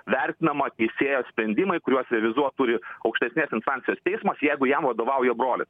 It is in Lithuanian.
vertinama teisėjo sprendimai kuriuos revizuot turi aukštesnės instancijos teismas jeigu jam vadovauja brolis